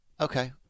Okay